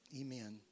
Amen